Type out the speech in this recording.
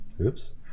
Oops